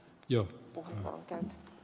jo puh säätiöstä